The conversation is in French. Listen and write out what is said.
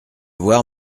voir